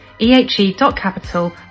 ehe.capital